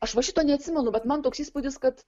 aš va šito neatsimenu bet man toks įspūdis kad